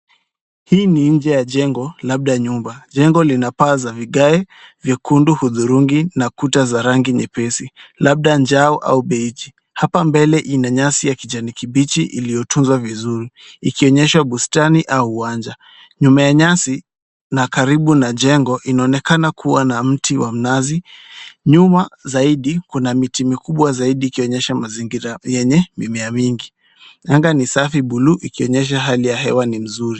Hii ni nje ya jengo labda nyumba. Jengo lina paa za vigae vyekundu uthurungi na kuta za rangi nyepesi labda njau au beichi. Hapa mbele ina nyasi ya kijani kibichi iliyotunzwa vizuri ikionyesha bustani au uwanja. Nyuma ya nyasi na karibu na jengo inaonekana kuwa na mti wa mnazi. Nyuma zaidi kuna miti mikubwa zaidi ikionyesha mazingira yenye mimea mingi. Anga ni safi blue ikionyesha hali ya hewa ni nzuri.